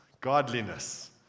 Godliness